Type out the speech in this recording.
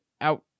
out